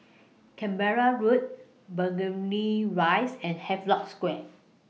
Canberra Road Burgundy Rise and Havelock Square